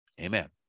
Amen